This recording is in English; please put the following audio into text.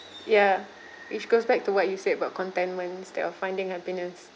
ya which goes back to what you said about contentment instead of finding happiness